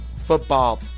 football